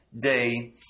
day